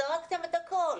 זרקתם את הכול,